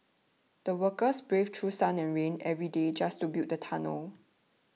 the workers braved through sun and rain every day just to build the tunnel